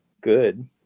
good